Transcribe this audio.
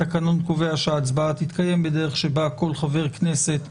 התקנון קובע שההצבעה תתקיים בדרך שבה כל חבר כנסת,